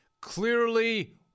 clearly